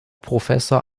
professor